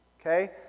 okay